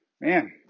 man